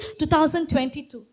2022